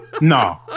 No